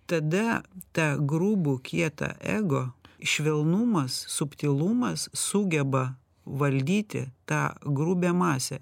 tada tą grubų kietą ego švelnumas subtilumas sugeba valdyti tą grubią masę